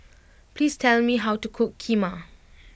please tell me how to cook Kheema